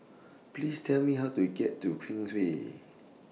Please Tell Me How to get to Queensway